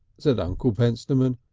said uncle pentstemon,